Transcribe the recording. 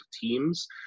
teams